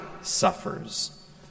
suffers